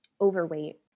overweight